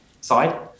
side